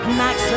max